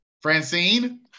francine